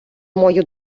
мою